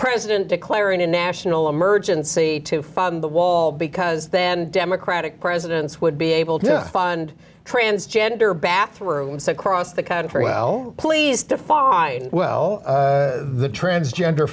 president declaring a national emergency to fund the wall because then democratic presidents would be able to fund transgender bathroom so across the country well please define well the transgender